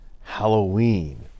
Halloween